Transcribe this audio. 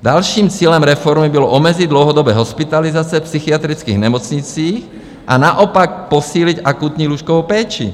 Dalším cílem reformy bylo omezit dlouhodobé hospitalizace v psychiatrických nemocnicích a naopak posílit akutní lůžkovou péči.